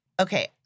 okay